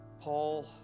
Paul